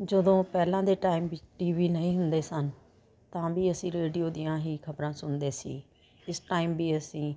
ਜਦੋਂ ਪਹਿਲਾਂ ਦੇ ਟਾਈਮ ਵਿੱਚ ਟੀ ਵੀ ਨਹੀਂ ਹੁੰਦੇ ਸਨ ਤਾਂ ਵੀ ਅਸੀਂ ਰੇਡੀਓ ਦੀਆਂ ਹੀ ਖਬਰਾਂ ਸੁਣਦੇ ਸੀ ਇਸ ਟਾਈਮ ਵੀ ਅਸੀਂ